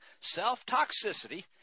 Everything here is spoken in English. self-toxicity